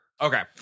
okay